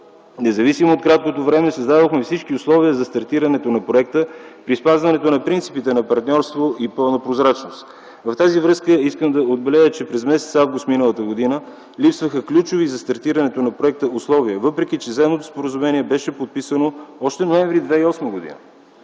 Независимо от краткото време създадохме всички условия за стартирането на проекта и спазването на принципите на партньорство и пълна прозрачност. В тази връзка искам да отбележа, че през м. август м.г. липсваха ключови за стартирането на проекта условия, въпреки че Заемното споразумение беше подписано още м. ноември 2008 г.